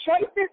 choices